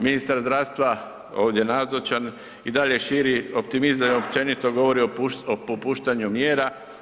Ministar zdravstva ovdje nazočan i dalje širi optimizam i općenito govori o popuštanju mjera.